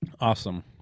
Awesome